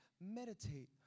Meditate